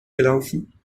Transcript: gelaufen